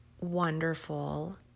wonderful